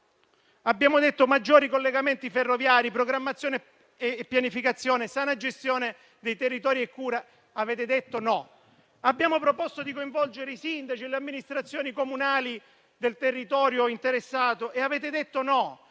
Abbiamo chiesto maggiori collegamenti ferroviari, programmazione e pianificazione, sana gestione dei territori e cura: avete detto no. Abbiamo proposto di coinvolgere i sindaci e le amministrazioni comunali del territorio interessato e avete detto no.